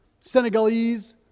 Senegalese